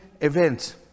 events